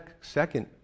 second